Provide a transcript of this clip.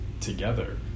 together